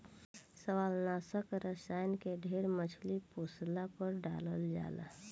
शैवालनाशक रसायन के ढेर मछली पोसला पर डालल जाला